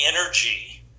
energy